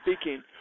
speaking